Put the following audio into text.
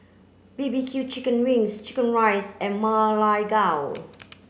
B B Q chicken wings chicken rice and Ma Lai Gao